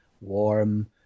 warm